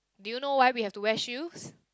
do you know why we have to wear shoes